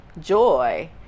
joy